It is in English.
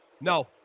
No